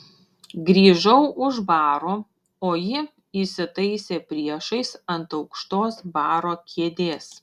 grįžau už baro o ji įsitaisė priešais ant aukštos baro kėdės